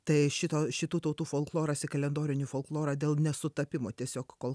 tai šito šitų tautų folkloras į kalendorinį folklorą dėl nesutapimo tiesiog kol